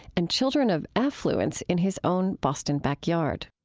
and children of affluence in his own boston backyard